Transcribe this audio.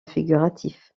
figuratif